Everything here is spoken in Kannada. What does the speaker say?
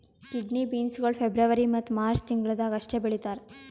ಕಿಡ್ನಿ ಬೀನ್ಸ್ ಗೊಳ್ ಫೆಬ್ರವರಿ ಮತ್ತ ಮಾರ್ಚ್ ತಿಂಗಿಳದಾಗ್ ಅಷ್ಟೆ ಬೆಳೀತಾರ್